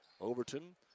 Overton